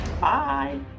bye